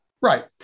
Right